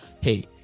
Hey